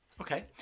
Okay